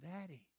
daddy